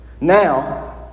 Now